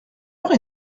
heure